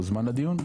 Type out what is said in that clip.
הוזמן לדיון?